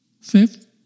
Fifth